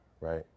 right